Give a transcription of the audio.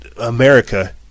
america